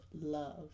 love